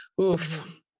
oof